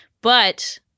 But-